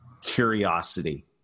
curiosity